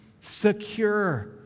secure